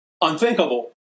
unthinkable